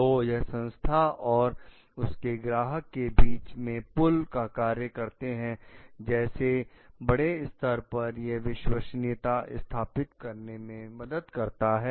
तो यह संस्था और उसके ग्राहक के बीच में पुल का काम करता है जैसे बड़े स्तर पर यह विश्वसनीयता स्थापित करने में मदद करता है